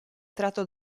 tratto